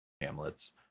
Hamlets